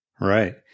Right